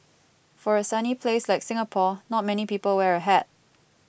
for a sunny place like Singapore not many people wear a hat